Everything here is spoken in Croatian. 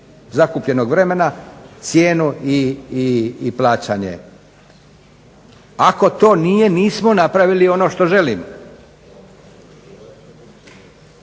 zakupljenog vremena, cijenu i plaćanje. Ako to nije, nismo napravili ono što želimo,